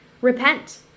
repent